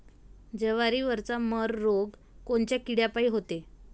जवारीवरचा मर रोग कोनच्या किड्यापायी होते?